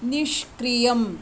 निष्क्रियम्